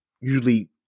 Usually